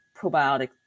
probiotic